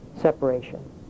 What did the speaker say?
separation